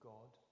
God